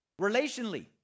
Relationally